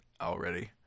already